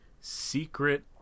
secret